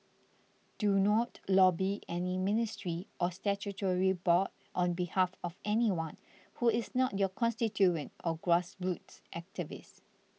do not lobby any ministry or statutory board on behalf of anyone who is not your constituent or grassroots activist